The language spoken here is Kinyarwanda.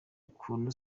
ukuntu